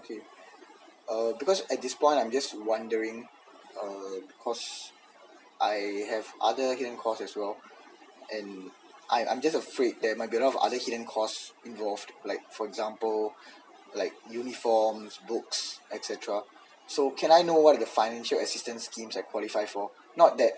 okay uh because at this point I'm just wondering uh because I have other hidden cost as well and I I'm just afraid that there might be a lot of other hidden cost involved like for example like uniforms books etcetera so can I know what are the financial assistance schemes that I qualifed for not that